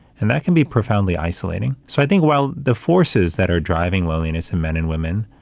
and that can be profoundly isolating. so, i think while the forces that are driving loneliness in men and women,